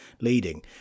leading